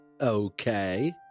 Okay